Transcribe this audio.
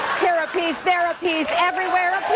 here a peace, there a peace, everywhere